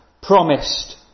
promised